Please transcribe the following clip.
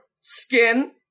skin